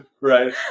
Right